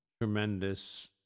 tremendous